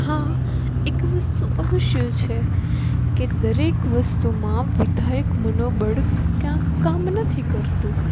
હા એક વસ્તુ અવશ્ય છે કે દરેક વસ્તુમાં વિધાયક મનોબળ ક્યાંક કામ નથી કરતું